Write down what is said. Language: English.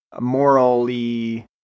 morally